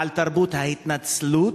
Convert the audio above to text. על תרבות ההתנצלות